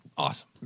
Awesome